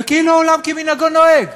וכאילו עולם כמנהגו נוהג?